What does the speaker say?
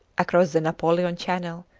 across the napoleon channel,